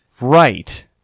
Right